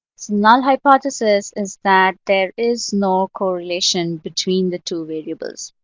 it's null hypothesis is that there is no correlation between the two variables.